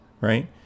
right